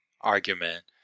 Argument